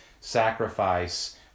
sacrifice